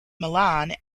milan